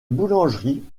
boulangerie